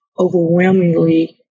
overwhelmingly